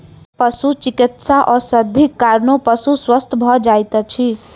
पशुचिकित्सा औषधिक कारणेँ पशु स्वस्थ भ जाइत अछि